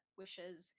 wishes